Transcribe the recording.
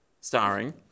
Starring